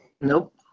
Nope